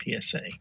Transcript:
PSA